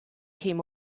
came